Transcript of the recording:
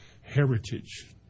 heritage